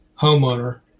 homeowner